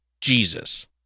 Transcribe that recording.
Jesus